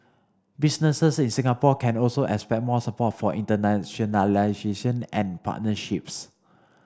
businesses in Singapore can also expect more support for internationalisation and partnerships